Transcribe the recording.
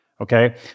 Okay